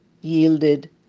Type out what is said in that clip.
yielded